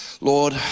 Lord